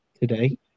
today